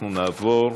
אנחנו נעבור,